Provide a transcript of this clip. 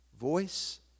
voice